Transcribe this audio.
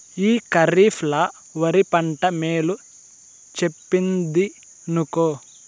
ఈ కరీఫ్ ల ఒరి పంట మేలు చెప్పిందినుకో